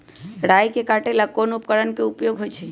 राई के काटे ला कोंन उपकरण के उपयोग होइ छई?